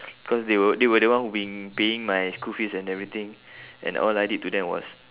cause they were they were the one who been paying my school fees and everything and all I did to them was